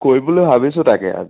কৰিম বুলি ভাবিছোঁ তাকে